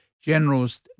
Generals